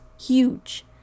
huge